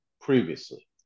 previously